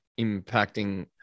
impacting